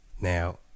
now